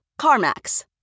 CarMax